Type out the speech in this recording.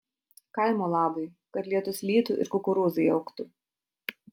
kaimo labui kad lietus lytų ir kukurūzai augtų